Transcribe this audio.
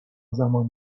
زمان